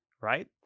right